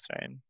right